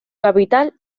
capital